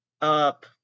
up